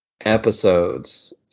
episodes